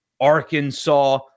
Arkansas